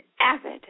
avid